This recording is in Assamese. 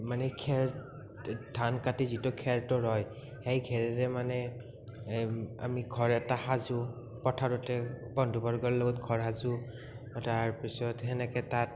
মানে খেৰ ধান কাটি যিটো খেৰটো ৰয় সেই খেৰেৰে মানে এই আমি ঘৰ এটা সাজোঁ পথাৰতে বন্ধু বৰ্গৰ লগত ঘৰ সাজোঁ তাৰপিছত সেনেকে তাত